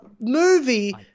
movie